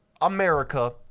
America